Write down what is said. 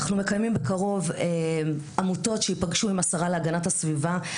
אנחנו מקיימים בקרוב עמותות שייפגשו עם השרה להגנת הסביבה.